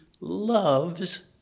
loves